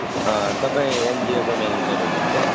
तपाईँ एनजिओको म्यानेजर हुनुहुन्छ